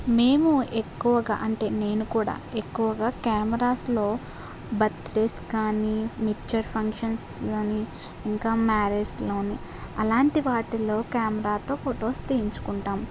మేము ఎక్కువగా అంటే నేను కూడా ఎక్కువగా కెమెరాస్లో బర్త్డేస్ కానీ మెచూర్ ఫంక్షన్స్ కాని ఇంకా మ్యారేజ్లోని అలాంటి వాటిలో కెమెరాతో ఫొటోస్ తీయించుకుంటాం